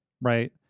right